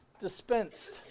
dispensed